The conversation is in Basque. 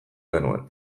genuen